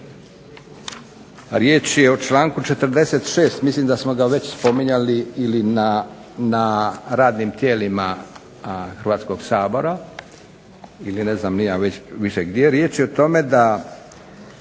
Riječ je o članku 46., mislim da smo ga već spominjali ili na radnim tijelima Hrvatskoga sabora ili ne znam ni ja već više gdje. Riječ je o tome da